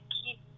keep